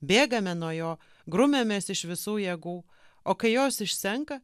bėgame nuo jo grumiamės iš visų jėgų o kai jos išsenka